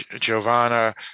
Giovanna